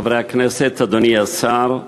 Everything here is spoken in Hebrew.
חברי הכנסת, אדוני השר,